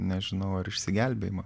nežinau ar išsigelbėjimą